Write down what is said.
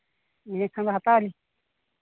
ᱮᱰᱮᱠᱷᱟᱱ ᱫᱚ ᱦᱟᱛᱟᱣ ᱟᱹᱞᱤᱧ